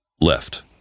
left